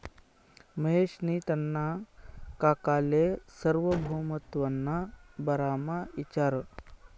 महेशनी त्याना काकाले सार्वभौमत्वना बारामा इचारं